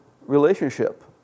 relationship